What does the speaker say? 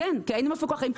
כן, כי היינו מפוקחים.